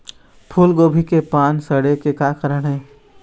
फूलगोभी के पान सड़े के का कारण ये?